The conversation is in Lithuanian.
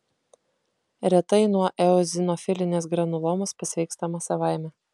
retai nuo eozinofilinės granulomos pasveikstama savaime